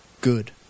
good